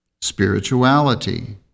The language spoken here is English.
Spirituality